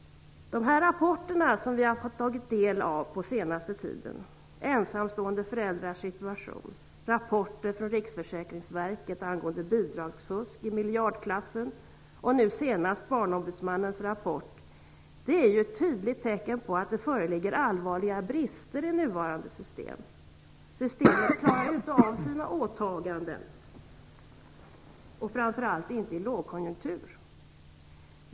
De rapporter vi den senaste tiden har fått ta del av Riksförsäkringsverkets rapporter angående bidragsfusk i miljardklassen och nu senast Barnombudsmannens rapport - är tydliga tecken på att det föreligger brister i det nuvarande systemet. Systemet klarar inte av sina åtaganden, framför allt inte i lågkonjunktur.